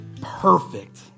perfect